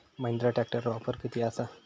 महिंद्रा ट्रॅकटरवर ऑफर किती आसा?